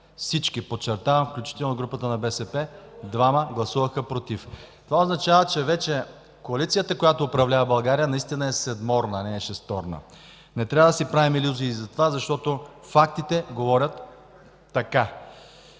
Всички, подчертавам, включително и групата на БСП, двама гласуваха „против”. Това означава, че вече коалицията, която управлява България, наистина е седморна, не е шесторна. Ние трябва да си правим илюзии за това, защото фактите говорят така.